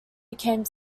became